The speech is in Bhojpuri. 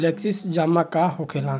फ्लेक्सि जमा का होखेला?